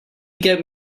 get